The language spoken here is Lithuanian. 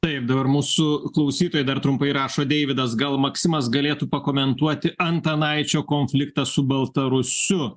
taip dabar mūsų klausytojai dar trumpai rašo deividas gal maksimas galėtų pakomentuoti antanaičio konfliktą su baltarusiu